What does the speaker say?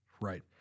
right